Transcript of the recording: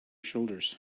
shoulders